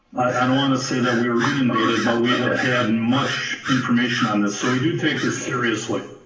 i don't wanna say that we were getting data, and but we have had and much information on this. so we do take this seriously.